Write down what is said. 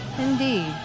Indeed